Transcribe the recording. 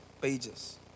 pages